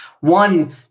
One